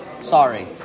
sorry